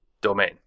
domain